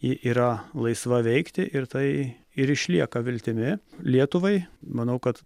ji yra laisva veikti ir tai ir išlieka viltimi lietuvai manau kad